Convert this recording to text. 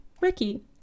Ricky